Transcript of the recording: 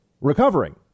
recovering